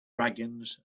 dragons